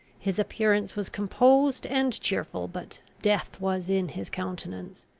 his appearance was composed and cheerful, but death was in his countenance.